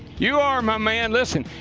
you are, my man, listen,